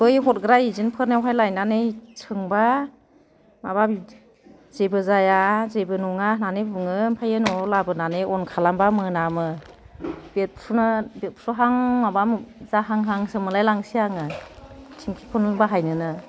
बै हरग्रा एजेन्टफोरनियावहाय लायनानै सोंबा माबा जेबो जाया जेबो नङा होननानै बुङो ओमफायो न'आव लाबोनानै अन खालामबा मोनामो बेरफुनो बेरफ्रुहां माबा जाहांहांसो मोनलायलासै आङो थिंखिखौनो बाहायनोनो